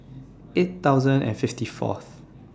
eight thousand and fifty Fourth